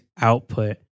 output